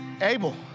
Abel